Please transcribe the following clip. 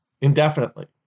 indefinitely